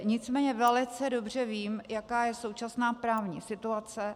Nicméně velice dobře vím, jaká je současná právní situace.